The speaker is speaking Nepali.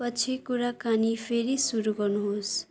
पछि कुराकानी फेरि सुरु गर्नुहोस्